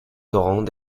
torrent